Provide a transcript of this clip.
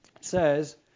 says